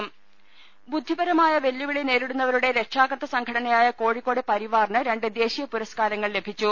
രുട്ട്ട്ട്ട്ട്ട്ട്ട ബുദ്ധിപരമായ വെല്ലുവിളി നേരിടുന്നവരുടെ രക്ഷാകർതൃ സംഘടന യായ കോഴിക്കോട് പരിവാറിന് രണ്ട് ദേശീയ പൂരസ്കാരങ്ങൾ ലഭിച്ചു